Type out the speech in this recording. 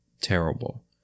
terrible